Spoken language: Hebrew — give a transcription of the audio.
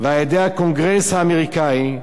ועל-ידי הקונגרס האמריקני,